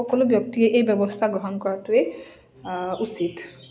সকলো ব্যক্তিয়ে এই ব্যৱস্থা গ্ৰহণ কৰাটোৱেই উচিত